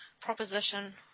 proposition